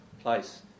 place